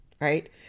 Right